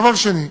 דבר שני,